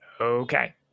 Okay